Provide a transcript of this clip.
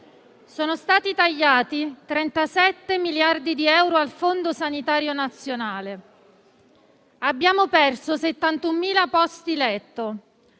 sono stati tagliati 37 miliardi di euro al Fondo sanitario nazionale; abbiamo perso 71.000 posti letto;